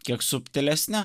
kiek subtilesnę